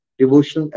devotion